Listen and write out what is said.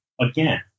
Again